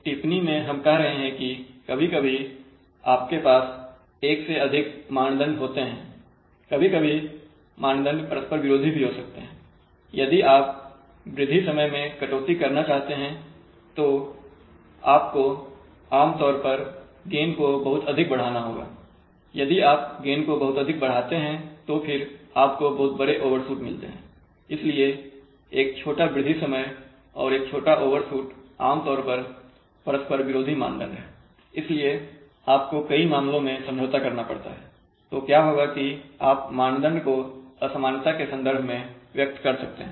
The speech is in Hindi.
तो टिप्पणी में हम कह रहे हैं कि कभी कभी आपके पास एक से अधिक मानदंड होते है कभी कभी मानदंड परस्पर विरोधी भी हो सकते हैयदि आप वृद्धि समय में कटौती करना चाहते हैं तो आपको आमतौर पर गेन को बहुत अधिक बढ़ाना होगा यदि आप गेन को बहुत अधिक बढ़ाते हैं तो फिर आपको बहुत बड़े ओवरशूट मिलते हैं इसलिए एक छोटा वृद्धि समय और एक छोटा ओवरशूट आमतौर पर परस्पर विरोधी मानदंड हैं इसलिए आपको कई मामलों में समझौता करना पड़ता है तो क्या होगा कि आप मानदंड को असमानता के संदर्भ में व्यक्त कर सकते हैं